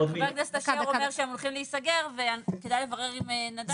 חבר הכנסת אשר אומר שהם הולכים להיסגר וכדי לברר עם נדב.